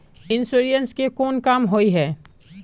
Insurance के कोन काम होय है?